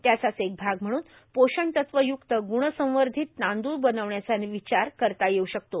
त्याचाच एक भाग म्हणून पोषणतत्व युक्त ग्रणसंवर्धात तांदूळ बर्नावण्याचा र्ववचार करता येऊ शकतो